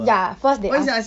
ya first they ask